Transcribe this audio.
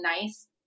nice